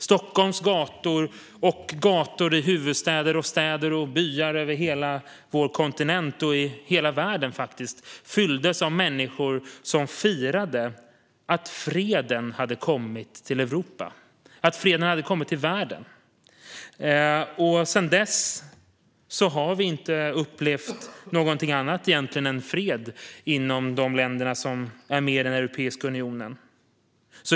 Stockholms gator och gator i huvudstäder, städer och byar över hela vår kontinent och i hela världen fylldes av människor som firade att freden hade kommit till Europa och till världen. Sedan dess har vi egentligen inte upplevt någonting annat än fred i de länder som är med i Europeiska unionen.